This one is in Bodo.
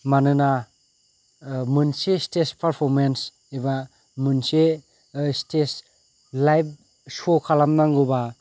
मानोना मोनसे सितेज पारफरमेन्स एबा मोनसे सितेज लाइब स' खालामनांगौबा